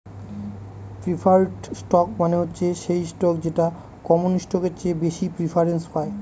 preferred stock মানে হচ্ছে সেই স্টক যেটা কমন স্টকের চেয়ে বেশি প্রিফারেন্স পায়